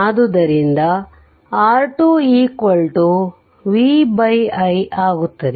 ಆದ್ದರಿಂದ R2 V i ಆಗುತ್ತದೆ